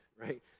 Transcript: Right